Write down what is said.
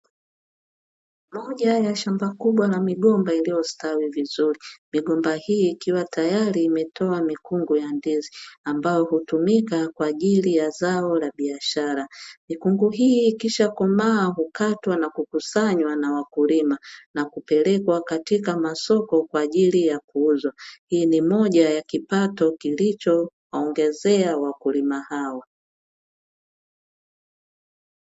Moja ya shamba kubwa la migomba iliyostawi vizuri, migomba hii ikiwa tayari imetoa mikungu ya ndizi, ambayo hutumika kwa ajili ya zao a biashara. Mikungu hii ikishakomaa hukatwa na kukusanywa na wakulima, na kupelekwa katika masoko kwa ajili ya kuuzwa, hii ni moja ya kipato kilichoongezea wakulima hao.